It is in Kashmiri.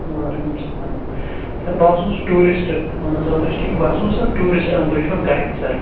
وعلیکم سلام سَر بہٕ حظ چھُس ٹوٗرسٹ اہن حظ آ بہٕ چھُس ٹھیٖک بہٕ حظ چھُس سَر ٹوٗرسٹ تُہۍ چھو حظ گایڈ سَر